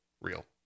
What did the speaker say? real